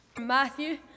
Matthew